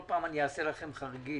כל פעם אני אנסה לכם חריגים.